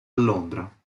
londra